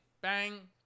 bang